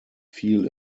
viel